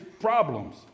problems